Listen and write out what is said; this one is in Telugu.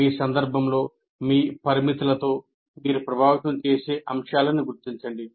మీ సందర్భంలో మీ పరిమితులతో మీరు ప్రభావితం చేసే అంశాలను గుర్తించండి